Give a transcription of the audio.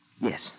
Yes